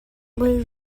believe